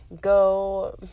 go